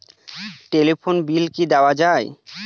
Telephone bill কি দেওয়া যায়?